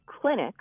clinics